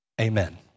Amen